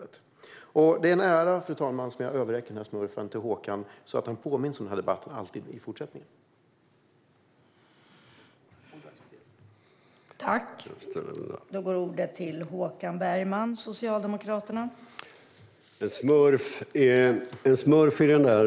Det är med en ära som jag överräcker smurfen till Håkan, fru talman, så att han i fortsättningen alltid påminns om denna debatt.